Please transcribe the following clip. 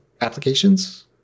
applications